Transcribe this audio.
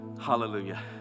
Hallelujah